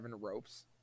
ropes